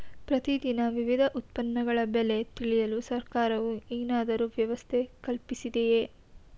ಪ್ರತಿ ದಿನ ವಿವಿಧ ಉತ್ಪನ್ನಗಳ ಬೆಲೆ ತಿಳಿಯಲು ಸರ್ಕಾರವು ಏನಾದರೂ ವ್ಯವಸ್ಥೆ ಕಲ್ಪಿಸಿದೆಯೇ?